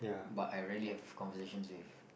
but I rarely have conversation with